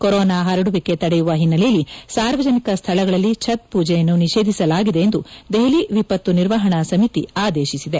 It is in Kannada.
ಕೊರೋನಾ ಪರಡುವಿಕೆ ತಡೆಯುವ ಹಿನ್ನೆಲೆಯಲ್ಲಿ ಸಾರ್ವಜನಿಕ ಸ್ವಳಗಳಲ್ಲಿ ಛತ್ ಪೂಜೆಯನ್ನು ನಿಷೇಧಿಸಲಾಗಿದೆ ಎಂದು ದೆಹಲಿ ವಿಪತ್ತು ನಿರ್ವಹಣಾ ಸಮಿತಿ ಆದೇಶಿಸಿದೆ